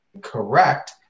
correct